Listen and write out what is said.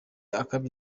akabya